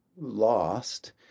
lost